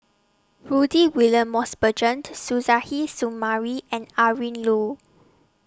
Rudy William Mosbergen Suzairhe Sumari and Adrin Loi